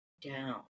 down